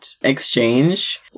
exchange